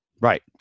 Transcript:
Right